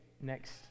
next